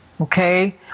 okay